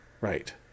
Right